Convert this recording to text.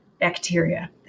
bacteria